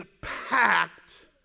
packed